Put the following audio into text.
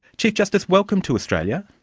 chief justice, welcome to australia.